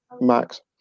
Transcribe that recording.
Max